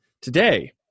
Today